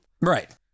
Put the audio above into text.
Right